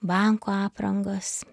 banko aprangos